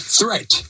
threat